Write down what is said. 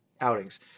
outings